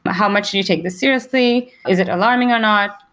but how much do you take this seriously? is it alarming or not?